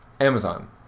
Amazon